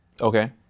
Okay